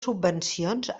subvencions